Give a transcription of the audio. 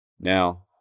Now